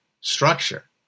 structure